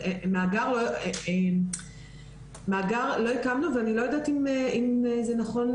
אבל מאגר לא הקמנו ואני לא יודעת אם זה נכון,